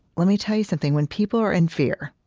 let me tell you something. when people are in fear